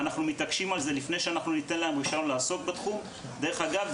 דרך אגב,